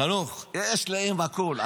חנוך, יש להם הכל.